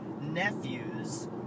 nephews